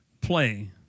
play